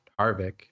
Harvick